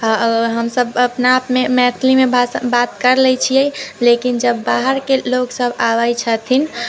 हम सभ अपना आपमे मैथिलीमे भाषा बात कर लै छियै लेकिन जब बाहरके लोक सभ आबै छथिन